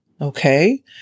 Okay